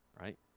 right